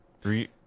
three